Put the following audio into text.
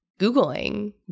Googling